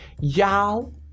Y'all